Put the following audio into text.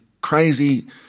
crazy